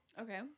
Okay